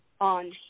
on